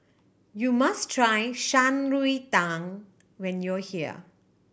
you must try Shan Rui Tang when you are here